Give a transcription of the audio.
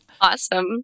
Awesome